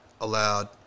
allowed